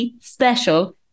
special